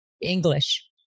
English